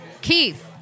Keith